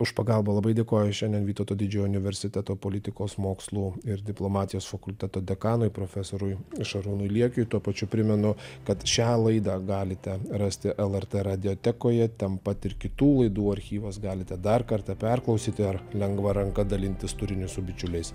už pagalbą labai dėkoju šiandien vytauto didžiojo universiteto politikos mokslų ir diplomatijos fakulteto dekanui profesorui šarūnui liekiui tuo pačiu primenu kad šią laidą galite rasti lrt radiotekoje ten pat ir kitų laidų archyvas galite dar kartą perklausyti ar lengva ranka dalintis turiniu su bičiuliais